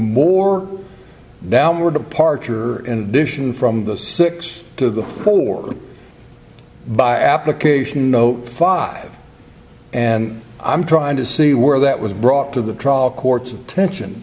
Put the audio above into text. more downward departure and addition from the six to the four by application note five and i'm trying to see where that was brought to the trial court's attention